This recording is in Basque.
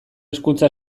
hezkuntza